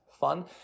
fun